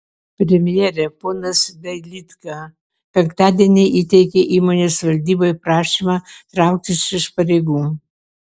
premjere ponas dailydka penktadienį įteikė įmonės valdybai prašymą trauktis iš pareigų